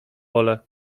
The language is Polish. ole